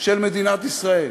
של מדינת ישראל.